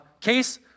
case